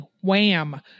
Wham